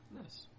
nice